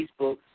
Facebook